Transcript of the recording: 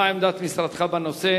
מה היא עמדת משרדך בנושא?